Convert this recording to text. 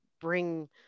bring